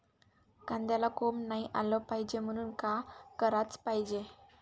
कांद्याला कोंब नाई आलं पायजे म्हनून का कराच पायजे?